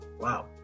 Wow